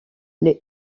les